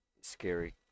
scary